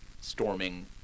storming